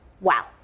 wow